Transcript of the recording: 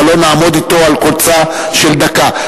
אבל לא נעמוד אתו על קוצה של דקה.